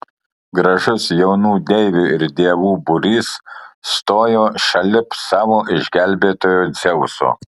gražus jaunų deivių ir dievų būrys stojo šalip savo išgelbėtojo dzeuso